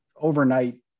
overnight